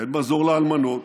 אין מזור לאלמנות,